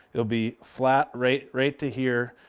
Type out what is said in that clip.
it will be flat right right to here,